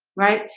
right?